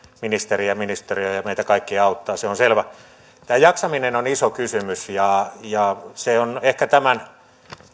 ministeriä ja ministeriötä ja ja meitä kaikkia auttaa se on selvä jaksaminen on iso kysymys ja ja se on ehkä se tämän